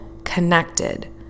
connected